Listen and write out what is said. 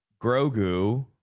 Grogu